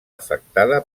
afectada